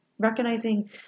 recognizing